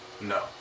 No